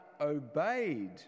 obeyed